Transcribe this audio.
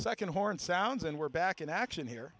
second horn sounds and we're back in action here